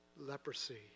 leprosy